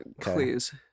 please